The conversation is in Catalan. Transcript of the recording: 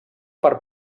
per